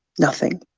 nothing.